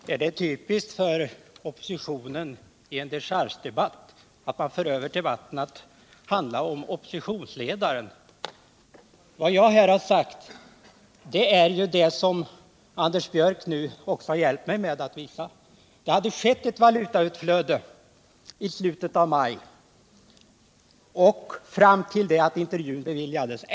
Herr talman! Är det typiskt för regeringspartierna i en dechargedebatt att föra över debatten till att handla om oppositionsledaren? Vad jag här har sagt är det som Anders Björck nu också har hjälpt mig att visa, nämligen att det hade skett ett valutautflöde i slutet av maj och fram till det att intervjun beviljades.